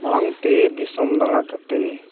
ᱢᱟᱲᱟᱝ ᱛᱮ ᱫᱤᱥᱚᱢ ᱫᱟᱬᱟ ᱠᱟᱛᱮᱫ